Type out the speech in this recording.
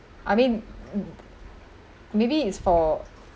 I mean m~ maybe it's for